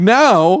now